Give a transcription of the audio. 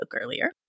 earlier